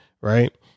Right